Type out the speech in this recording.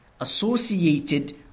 associated